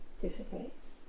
dissipates